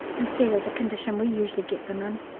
instead of the condition we usually get them in.